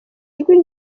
ijwi